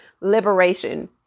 liberation